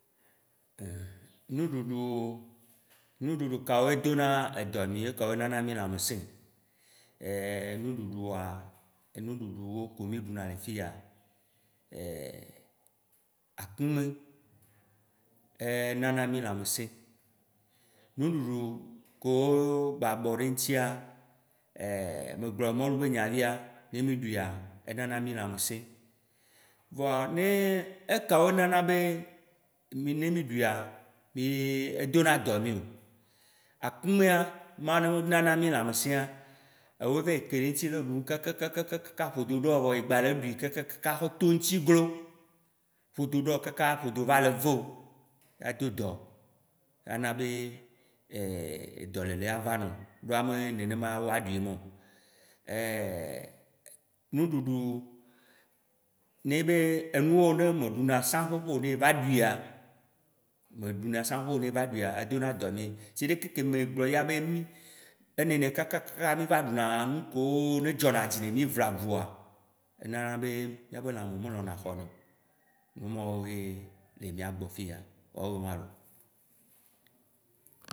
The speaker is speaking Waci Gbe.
Nuɖuɖu, nuɖuɖu ka woe dona edɔ mi ekawoe nana mi lãmesĩ. Nuɖuɖua, nuɖuɖuwo kewo mi ɖu na le fiya, akumɛ, enana mi lamesĩ, nuɖuɖu lo kewo ba bɔ ɖe eŋuti, megblɔ mɔlu be nya fia, ne mi ɖuia enana mi lamesĩ. Voa ne ekawoe nana be mi ne mi ɖuia mi edona dɔ mio? Akumɛ ma yi ne nana mi lãmesĩa, ewòe va yi ke ɖe ŋti le ɖum kkkkk ka ƒodo ɖɔ wò vɔa egba le ɖui kkkk ka xɔ to ŋti glo, ƒodo ɖɔ wò kaka ƒodo va le ve wò, ado wò dɔ, ana be dɔlele ava nɔ ɖoa me nenema woa ɖui ye mɔ. Nuɖuɖu, ne be enuwo ɖe meɖuna tsã vovo ne eva ɖuia, meɖuna tsã vo ne eva ɖuia edona dɔ mi. Si gbe leke ke megblɔ fia be ɖu, enɔnɛ kakakaka mi va ɖu na nu kewo ne dzɔna dzi ne mi vlavoa, enana be miabe lã me melɔ̃na xɔna o. Nu mɔwo woe le miagbɔ fiya, woawoe mɔwo loo